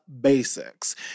basics